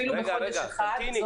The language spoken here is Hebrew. אפילו בחודש אחד,